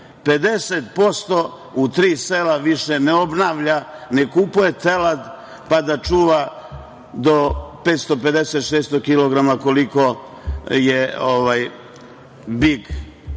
50% u tri sela više ne obnavlja, ne kupuje telad, pa da čuva do 550, 600 kilograma, koliko je bik